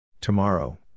Tomorrow